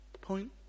Point